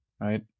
right